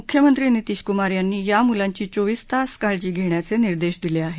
मुख्यमंत्री नितीश कुमार यांनी या मुलांची चोवीस तास काळजी घेण्याचे निर्देश दिले आहेत